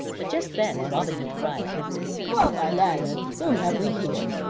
but just then robin hood cried well, my lads, whom have we here?